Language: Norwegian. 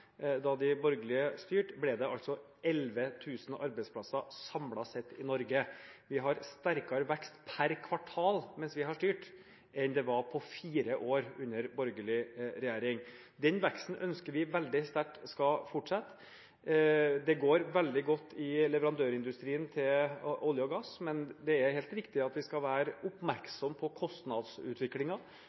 da de borgerlige styrte, ble det 11 000 flere arbeidsplasser samlet sett i Norge. Vi har hatt sterkere vekst per kvartal mens vi har styrt, enn det var på fire år under borgerlig regjering. Den veksten ønsker vi veldig sterkt skal fortsette. Det går veldig godt i leverandørindustrien til olje og gass, men det er helt riktig at vi skal være oppmerksomme på